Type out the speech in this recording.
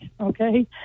Okay